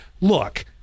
look